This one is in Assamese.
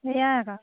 এয়াই আকৌ